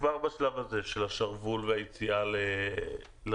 כבר בשלב הזה של השרוול והיציאה לזרוע,